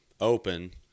open